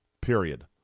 period